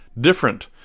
different